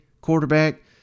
quarterback